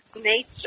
nature